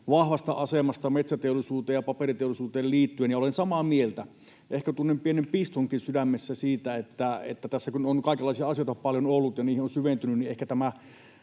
vahvasta asemasta metsäteollisuuteen ja paperiteollisuuteen liittyen, ja olen samaa mieltä. Ehkä tunnen pienen pistonkin sydämessä siitä, että tässä kun on kaikenlaisia asioita paljon ollut ja niihin on syventynyt,